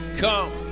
come